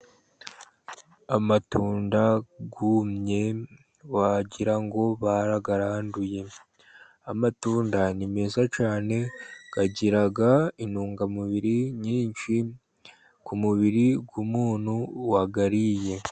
Amatunda yumye wagira ngo barayaranduye , amatunda ni meza cyane agira intungamubiri nyinshi , ku mubiri w'umuntu wayariye.